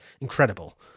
incredible